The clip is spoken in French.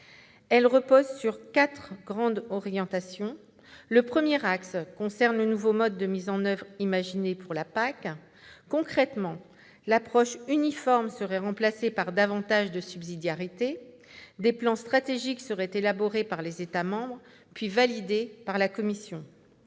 reposent sur quatre grandes orientations. La première concerne le nouveau mode de mise en oeuvre imaginé pour la PAC. Concrètement, l'approche uniforme serait remplacée par davantage de subsidiarité : des plans stratégiques seraient élaborés par les États membres, puis validés par la Commission.